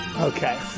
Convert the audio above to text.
Okay